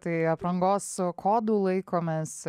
tai aprangos kodų laikomės